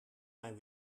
mijn